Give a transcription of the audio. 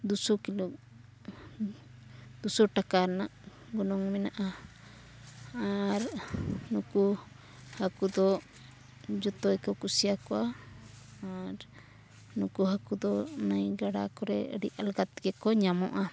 ᱫᱩ ᱥᱚ ᱠᱤᱞᱳ ᱫᱩ ᱥᱚ ᱴᱟᱠᱟ ᱨᱮᱱᱟᱜ ᱜᱚᱱᱚᱝ ᱢᱮᱱᱟᱜᱼᱟ ᱟᱨ ᱱᱩᱠᱩ ᱦᱟᱹᱠᱩ ᱫᱚ ᱡᱚᱛᱚ ᱜᱮᱠᱚ ᱠᱩᱥᱤ ᱟᱠᱚᱣᱟ ᱟᱨ ᱱᱩᱠᱩ ᱦᱟᱹᱠᱩ ᱫᱚ ᱱᱟᱹᱭ ᱜᱟᱰᱟ ᱠᱚᱨᱮ ᱟᱹᱰᱤ ᱟᱞᱜᱟᱛᱮᱜᱮ ᱠᱚ ᱧᱟᱢᱚᱜᱼᱟ